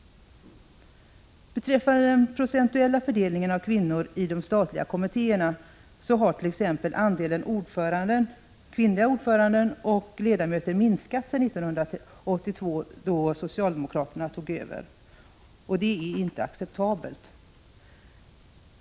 Beträffande den procentuella fördelningen av kvinnor i de statliga kommittéerna, så har t.ex. andelen kvinnliga ordförande och ledamöter minskat sedan 1982, då socialdemokraterna tog över. Det är inte acceptabelt.